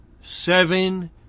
seven